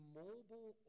mobile